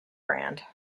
brand